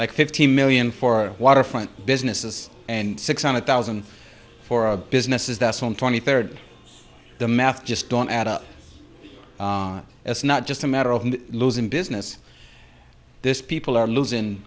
like fifty million for waterfront businesses and six hundred thousand for our businesses that's on twenty third the math just don't add up as not just a matter of losing business this people are losing